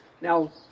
Now